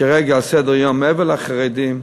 כרגע על סדר-היום, מעבר לחרדים,